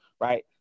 right